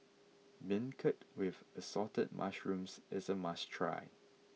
Beancurd with Assorted Mushrooms is a must try